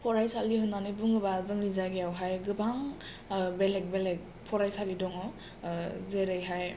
फरायसालि होननानै बुङोबा जोंनि जायगायावहाय गोबां ओ बेलेग बेलेग फरायसालि दङ ओ जेरैहाय